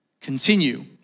continue